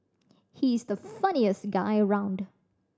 he's the funniest guy around